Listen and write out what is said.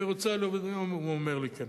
הוא אומר לי כן,